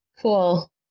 Cool